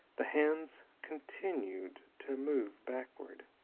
the hands continued to move backward.